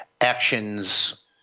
actions